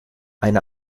eine